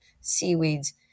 seaweeds